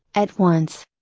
at once.